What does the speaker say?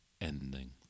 ending